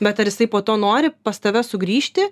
bet ar jisai po to nori pas tave sugrįžti